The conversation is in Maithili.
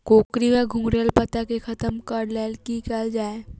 कोकरी वा घुंघरैल पत्ता केँ खत्म कऽर लेल की कैल जाय?